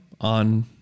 on